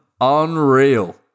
unreal